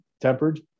tempered